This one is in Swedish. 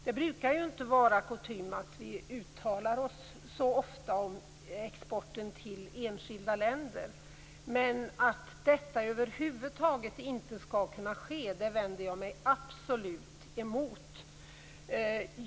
Det är inte kutym att vi ofta uttalar oss om exporten till enskilda länder. Men att detta över huvud taget skall kunna ske vänder jag mig absolut emot.